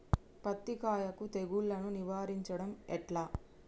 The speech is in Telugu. పత్తి కాయకు తెగుళ్లను నివారించడం ఎట్లా?